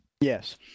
Yes